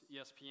ESPN